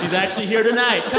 actually here tonight. come